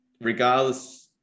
regardless